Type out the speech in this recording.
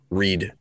read